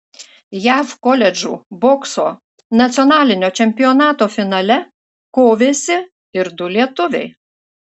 jav koledžų bokso nacionalinio čempionato finale kovėsi ir du lietuviai